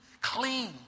clean